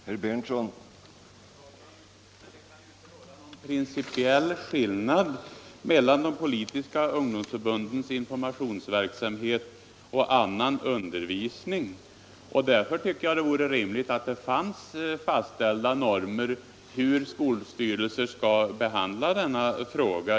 Herr talman! Det kan ju inte råda någon principiell skillnad mellan de politiska ungdomsförbundens informationsverksamhet och annan undervisning. Därför tycker jag att det vore rimligt att ha fastställda normer för hur man skall behandla denna fråga.